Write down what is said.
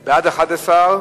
בעד, 11,